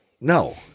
no